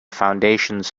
foundations